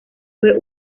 fue